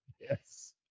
Yes